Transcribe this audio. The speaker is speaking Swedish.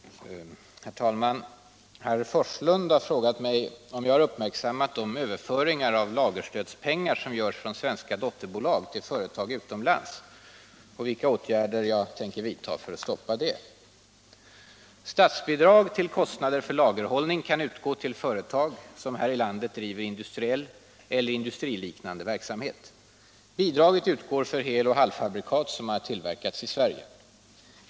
Herr talman! Herr Forslund har frågat mig om jag har uppmärksammat de överföringar av lagerstödspengar som görs från svenska dotterbolag till företag utomlands och vilka åtgärder jag tänker vidta för att stoppa det. Statsbidrag till kostnader för lagerhållning kan utgå till företag som här i landet driver industriell eller industriliknande verksamhet. Bidraget utgår för heloch halvfabrikat som har tillverkats i Sverige.